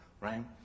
right